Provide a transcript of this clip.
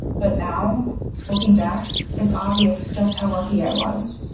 but now looking back, it's obvious just how lucky i was.